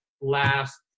last